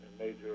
major